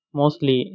mostly